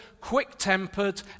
quick-tempered